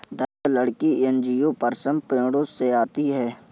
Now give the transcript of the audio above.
दृढ़ लकड़ी एंजियोस्पर्म पेड़ों से आती है